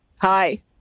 Hi